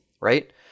right